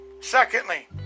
Secondly